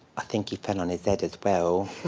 i think he fell on his head as well.